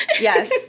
Yes